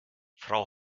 frau